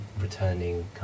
returning